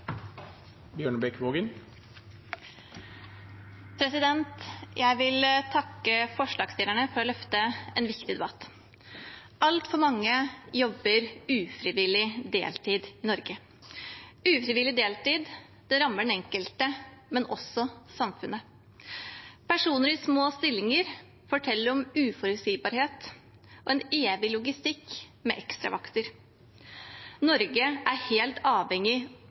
Jeg vil takke forslagsstillerne for å løfte en viktig debatt. Altfor mange jobber ufrivillig deltid i Norge. Ufrivillig deltid rammer den enkelte, men også samfunnet. Personer i små stillinger forteller om uforutsigbarhet og en evig logistikk med ekstravakter. Norge er helt avhengig